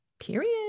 period